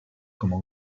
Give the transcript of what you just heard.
como